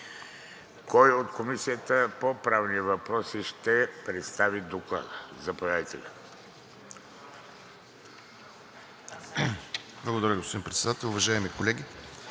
Кой от Комисията по правни въпроси ще представи Доклада? Заповядайте.